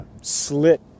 slit